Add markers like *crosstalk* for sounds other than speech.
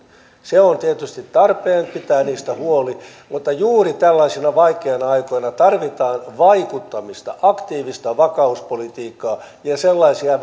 on tietysti tarpeen pitää niistä huoli mutta juuri tällaisina vaikeina aikoina tarvitaan vaikuttamista aktiivista vakauspolitiikkaa ja ja sellaisia *unintelligible*